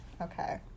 Okay